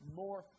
more